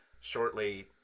shortly